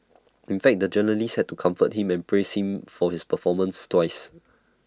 in fact the journalist had to comfort him and praise him for his performance twice